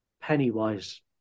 Pennywise